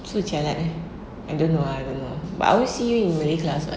so jialat ah I don't know ah I don't know but I always see you in malay class [what]